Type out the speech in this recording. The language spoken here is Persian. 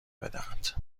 بدهد